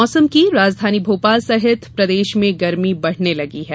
मौसम राजधानी भोपाल सहित प्रदेश के मौसम में गर्मी बढ़ने लगी है